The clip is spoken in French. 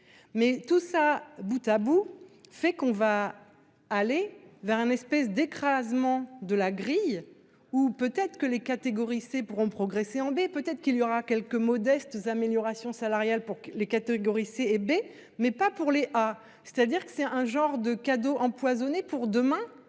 Mais tout ça Boutabout fait qu'on va aller vers un espèce d'écrasement de la grille ou peut être que les catégories C pourront progresser Amber peut-être qu'il y aura quelques modestes améliorations salariales pour les catégories C et B mais pas pour les ah, c'est-à-dire que c'est un genre de cadeau empoisonné pour demain.